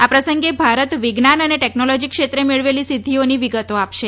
આ પ્રસંગે ભારત વિજ્ઞાન અને ટેકનોલોજી ક્ષેત્રે મેળવેલી સિદ્ધીઓની વિગતો અપાશે